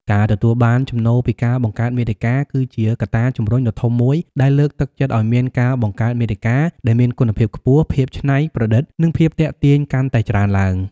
ការទទួលបានចំណូលពីការបង្កើតមាតិកា គឺជាកត្តាជំរុញដ៏ធំមួយដែលលើកទឹកចិត្តឱ្យមានការបង្កើតមាតិកាដែលមានគុណភាពខ្ពស់ ភាពច្នៃប្រឌិត និងភាពទាក់ទាញកាន់តែច្រើនឡើង។